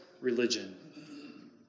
religion